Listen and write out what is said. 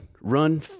Run